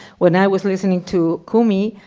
when i was listening to kumi,